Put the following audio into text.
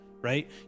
Right